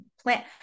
plant